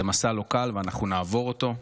זה מסע לא קל, ואנחנו נעבור אותו.